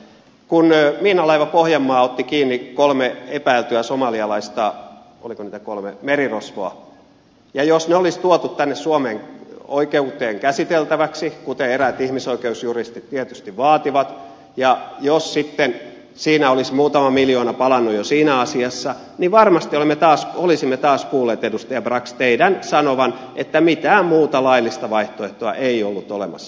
kun miinalaiva pohjanmaa otti kiinni kolme epäiltyä somalialaista oliko niitä kolme merirosvoa niin jos heidät olisi tuotu tänne suomeen oikeuden käsiteltäväksi kuten eräät ihmisoikeusjuristit tietysti vaativat ja jos sitten siinä asiassa olisi jo muutama miljoona palanut niin varmasti olisimme taas kuulleet edustaja brax teidän sanovan että mitään muuta laillista vaihtoehtoa ei ollut olemassa